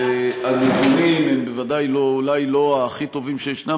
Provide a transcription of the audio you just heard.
הנתונים הם אולי לא הכי טובים שישנם,